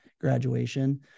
graduation